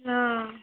ಹಾಂ